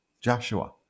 Joshua